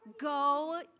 go